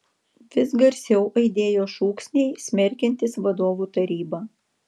vis garsiau aidėjo šūksniai smerkiantys vadovų tarybą